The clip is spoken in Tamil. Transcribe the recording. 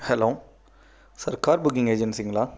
ஹலோ சார் கார் புக்கிங் ஏஜென்சிங்களா